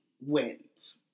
wins